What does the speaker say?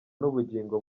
n’ubugingo